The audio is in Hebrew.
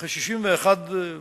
מחוז הדרום של משרד הפנים?